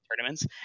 tournaments